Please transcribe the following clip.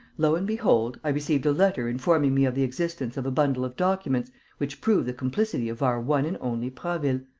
lo and behold, i received a letter informing me of the existence of a bundle of documents which prove the complicity of our one and only prasville!